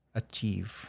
achieve